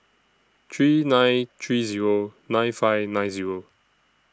three nine three Zero nine five nine Zero